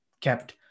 kept